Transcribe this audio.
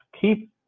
Keep